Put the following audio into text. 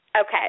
Okay